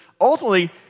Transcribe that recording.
ultimately